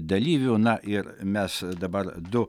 dalyvių na ir mes dabar du